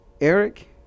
Eric